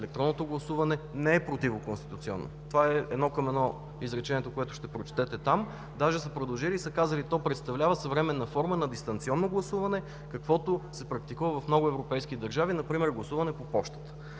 електронното гласуване не е противоконституционно. Това е едно към едно изречението, което ще прочетете там. Даже са продължили и са казали: то представлява съвременна форма на дистанционно гласуване, каквото се практикува в много европейски държави, например гласуване по пощата.